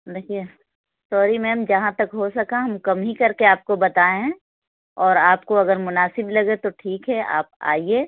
دیکھیے sorry ma'am جہاں تک ہو سکا ہم کم ہی کر کے آپ کو بتائے ہیں اور آپ کو اگر مناسب لگے تو ٹھیک ہے آپ آئیے